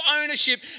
ownership